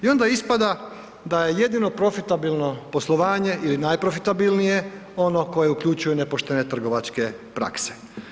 I onda ispada ja je jedino profitabilno poslovanje ili najprofitabilnije ono koje uključuje nepoštene trgovačke prakse.